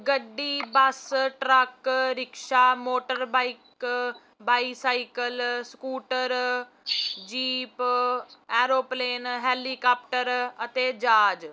ਗੱਡੀ bus truck rickshaw motor bike bicycle scooter jeep aeroplane helicopter ਅਤੇ ਜਹਾਜ਼